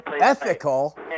ethical